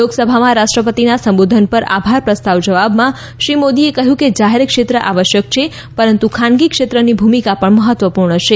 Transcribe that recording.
લોકસભામાં રાષ્ટ્રપતિના સંબોધન પર આભાર પ્રસ્તાવના જવાબમાં શ્રી મોદીએ કહ્યું કે જાહેર ક્ષેત્ર આવશ્યક છે પરંતુ ખાનગી ક્ષેત્રની ભૂમિકા પણ મહત્વપૂર્ણ છે